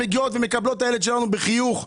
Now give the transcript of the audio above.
מגיעות ומקבלות את הילד שלנו בחיוך,